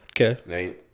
Okay